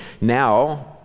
Now